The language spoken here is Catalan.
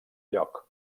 lloc